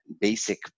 basic